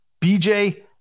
BJ